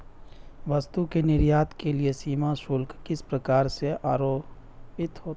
वस्तु के निर्यात के लिए सीमा शुल्क किस प्रकार से आरोपित होता है?